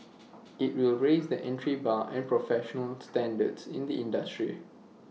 IT will raise the entry bar and professional standards in the industry